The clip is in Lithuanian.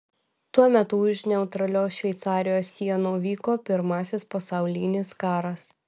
tuo metu už neutralios šveicarijos sienų vyko pirmasis pasaulinis karas